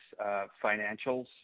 financials